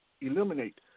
eliminate